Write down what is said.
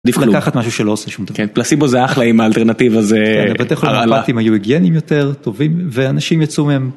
לקחת משהו שלא עושה שום דבר. -כן, פלסבו זה אחלה עם האלטרנטיבה, זה... -בבתי חולים המפתים היו היגייניים יותר, טובים, ואנשים יצאו מהם.